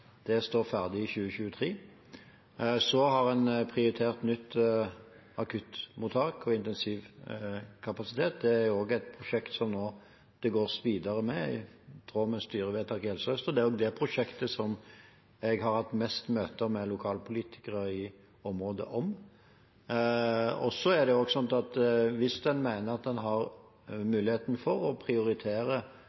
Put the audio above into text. Det står ferdig i 2023. Så har en prioritert nytt akuttmottak og intensivkapasitet. Det er også et prosjekt det gås videre med i tråd med styrevedtaket i Helse Sør-Øst. Det er jo det prosjektet jeg har hatt mest møter med lokalpolitikere i området om. Det er også sånn at hvis en mener at en har